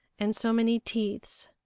and so many teeths.